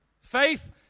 Faith